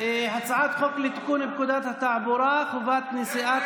הצעת חוק לתיקון פקודת התעבורה (חובת נשיאת